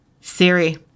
siri